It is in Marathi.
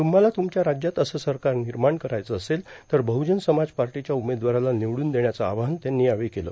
तुम्हाला तुमच्या राज्यात असं सरकार निर्माण करायचं असेल तर बह्नजन समाज पार्टीच्या उमेदवाराला निवडून देण्याचं आवाहन त्यांनी यावेळी केलं